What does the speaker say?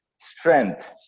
strength